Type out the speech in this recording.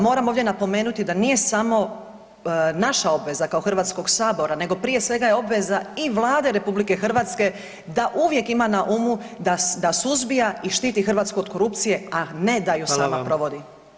Moram ovdje napomenuti da nije samo naša obveza kao Hrvatskog sabora, nego prije svega je obveza i Vlade RH da uvijek ima na umu da suzbija i štiti Hrvatsku od korupcije, a ne da ju sama provodi.